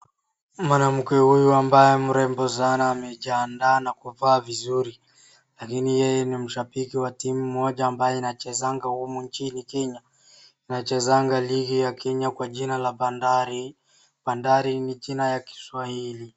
Mwanamke huyu ambaye mrembo sana amejianda na kuvaa vizuri. Lakini yeye ni mshabiki wa timu moja ambaye inachezanga humu nchini Kenya, inachezanga ligi ya Kenya kwa jina la Bandari, Badari ni jina la kiswahili.